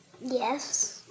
Yes